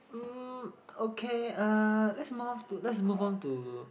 mm okay uh let's move to let's move on to